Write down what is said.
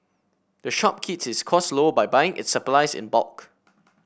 the shop keeps its costs low by buying its supplies in bulk